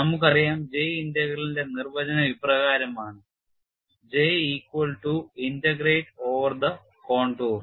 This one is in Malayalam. നമുക്കറിയാം J ഇന്റഗ്രലിന്റെ നിർവചനം ഇപ്രകാരമാണ് J equal to integrate over the contour